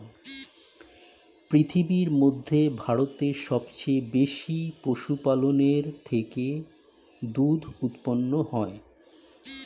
পৃথিবীর মধ্যে ভারতে সবচেয়ে বেশি পশুপালনের থেকে দুধ উৎপন্ন হয়